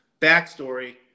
backstory